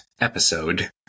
episode